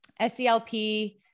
SELP